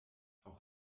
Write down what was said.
auch